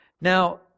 Now